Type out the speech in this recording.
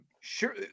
sure